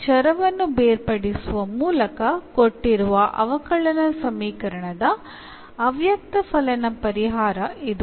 ಆದ್ದರಿಂದ ಚರವನ್ನು ಬೇರ್ಪಡಿಸುವ ಮೂಲಕ ಕೊಟ್ಟಿರುವ ಅವಕಲನ ಸಮೀಕರಣದ ಅವ್ಯಕ್ತಫಲನ ಪರಿಹಾರ ಇದು